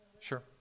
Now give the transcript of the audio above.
Sure